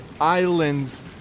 islands